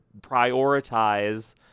prioritize